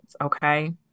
okay